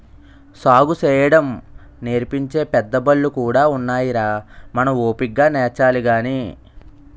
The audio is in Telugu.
సాగుసేయడం నేర్పించే పెద్దబళ్ళు కూడా ఉన్నాయిరా మనం ఓపిగ్గా నేర్చాలి గాని